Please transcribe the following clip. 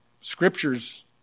scriptures